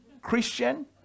christian